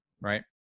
right